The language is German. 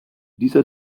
dieser